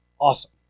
awesome